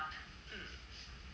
hmm